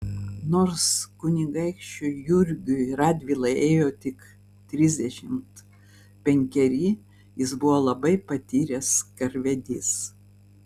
nors kunigaikščiui jurgiui radvilai ėjo tik trisdešimt penkeri jis buvo labai patyręs karvedys